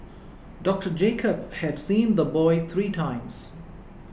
Doctor Jacob had seen the boy three times